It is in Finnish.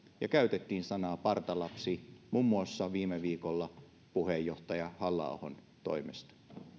ja käytettiin sanaa partalapsi muun muassa viime viikolla puheenjohtaja halla ahon toimesta